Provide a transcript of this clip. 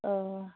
ꯑꯣ